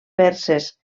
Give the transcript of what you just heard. perses